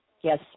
Yes